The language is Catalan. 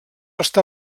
està